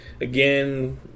Again